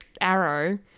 arrow